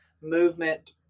movement